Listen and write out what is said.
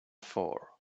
for